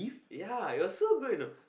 ya it was so good you know